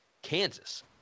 Kansas